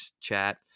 chat